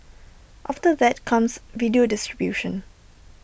after that comes video distribution